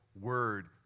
word